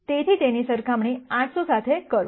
તેથી તેની સરખામણી 800 સાથે કરો